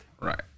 Right